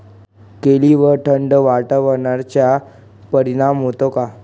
केळीवर थंड वातावरणाचा परिणाम होतो का?